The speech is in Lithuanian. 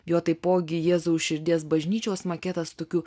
jo taipogi jėzaus širdies bažnyčios maketas tokių